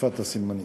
בשפת הסימנים.